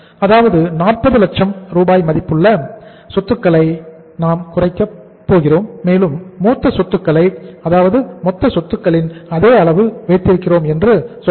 அதாவது 40 லட்சம் மதிப்புள்ள சொத்துக்களை நாம் குறைக்க போகிறோம் மேலும் மொத்த சொத்துக்களை அதே அளவில் வைத்திருக்கிறோம் என்று சொல்லவில்லை